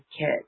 kit